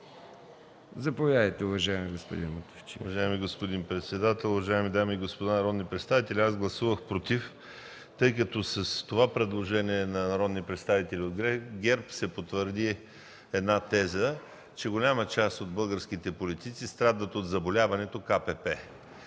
Заповядайте, уважаеми господин Мутафчиев. ПЕТЪР МУТАФЧИЕВ (КБ): Уважаеми господин председател, уважаеми дами и господа народни представители! Аз гласувах „против”, тъй като с това предложение на народни представители от ГЕРБ се потвърди една теза – че голяма част от българските политици страдат от заболяването КПП.